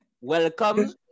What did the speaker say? Welcome